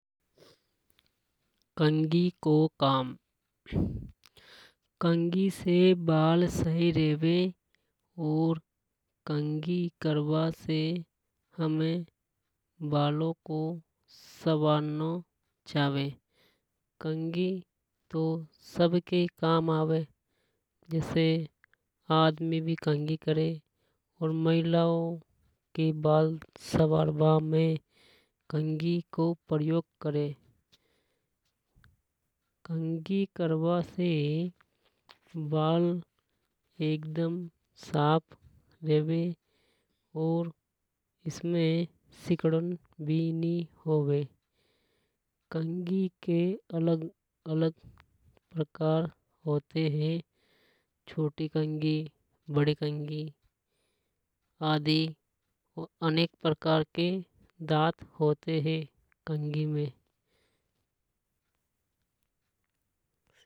कंघी को काम कंघी से बाल सही रेवे और। बालों को संवारनो चावे कंघी तो सबके काम आवे। जैसे आदमी भी कंघी करे और महिलाओं के। बाल संवारबा में कंघी को प्रयोग करें। कंघी करबा से बाल एकदम साफ रेवे और इनमें सिकुड़न भी नि होवे। कंघी के अलग अलग प्रकार होते है। जैसे छोटी कंघी बड़ी कांगों आदि कई प्रकार के दात होते हे कंघी में।